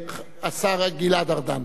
השר גלעד ארדן.